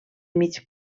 mig